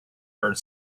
bird